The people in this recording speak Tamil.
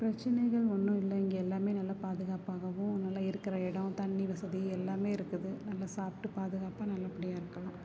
பிரச்சனைகள் ஒன்றும் இல்லை இங்கே எல்லாமே நல்லா பாதுகாப்பாகவும் நல்லா இருக்கிற இடம் தண்ணி வசதி எல்லாமே இருக்குது நல்லா சாப்பிட்டு பாதுகாப்பாக நல்லபடியாக இருக்கலாம்